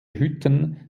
hütten